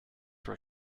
were